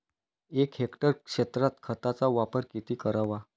एक हेक्टर क्षेत्रात खताचा वापर किती करावा?